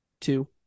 two